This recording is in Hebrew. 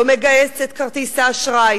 לא מגהץ את כרטיס האשראי.